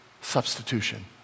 Substitution